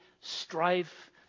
strife